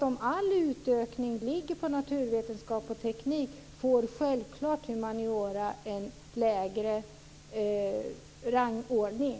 Om all utökning ligger på naturvetenskap och teknik får självklart humaniora en lägre rangordning.